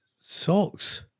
Socks